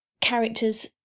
characters